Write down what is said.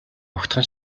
огтхон